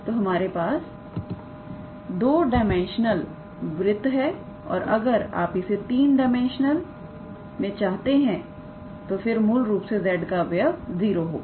तो हमारे पास एक 2 डाइमेंशनल वृत्त है और अगर आप इसे 3 डायमेंशनल में दर्शाता हैं फिर मूल रूप से z का अवयव 0 होगा